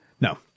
No